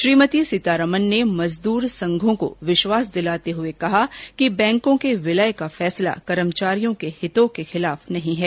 श्रीमती सीतारमन ने मजदूर संघों को विश्वास दिलाते हए कहा कि बैंकों के विलय का फैसला कर्मचारियों के हितों के खिलाफ नहीं है